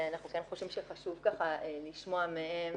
אבל אנחנו כן חושבים שחשוב לשמוע מהם